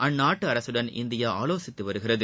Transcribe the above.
அந்நாட்டு அரசுடன் இந்தியா ஆலோசித்து வருகிறது